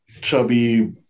chubby